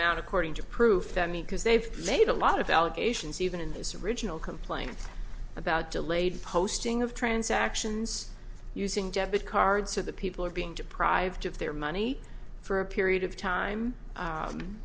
amount according to proof that me because they've made a lot of allegations even in this original complaint about delayed posting of transactions using debit card so that people are being deprived of their money for a period of time